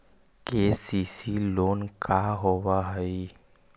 KCC loan का होब हइ?